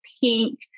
pink